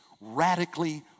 radically